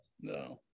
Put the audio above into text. No